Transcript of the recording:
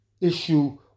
issue